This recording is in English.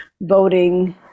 voting